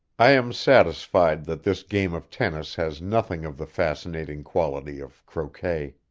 i am satisfied that this game of tennis has nothing of the fascinating quality of croquet.